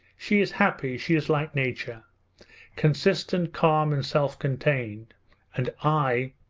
she is happy, she is like nature consistent, calm, and self-contained and i,